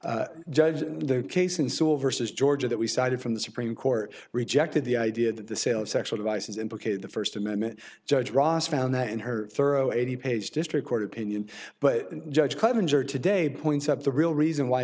saw versus georgia that we cited from the supreme court rejected the idea that the sale of sexual advice is implicated the first amendment judge ross found that in her thorough eighty page district court opinion but judge clemens or today points up the real reason why